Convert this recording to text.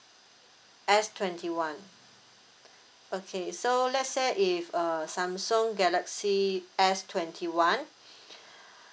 S twenty one okay so let's say if uh Samsung galaxy S twenty one